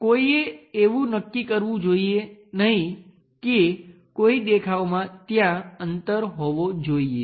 કોઈએ એવું નક્કી કરવું જોઈએ નહીં કે કોઈ દેખાવમાં ત્યાં અંતર હોવો જોઈએ